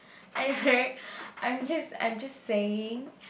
anyway I am just I am just saying